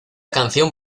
canción